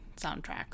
soundtracks